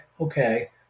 Okay